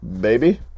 Baby